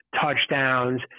touchdowns